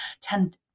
tend